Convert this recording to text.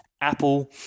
Apple